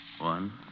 One